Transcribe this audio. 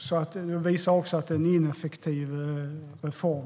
Det visar också att det är en ineffektiv reform.